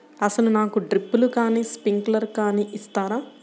అసలు నాకు డ్రిప్లు కానీ స్ప్రింక్లర్ కానీ ఇస్తారా?